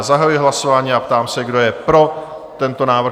Zahajuji hlasování a ptám se, kdo je pro tento návrh?